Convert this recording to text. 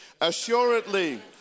Assuredly